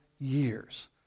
years